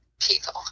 people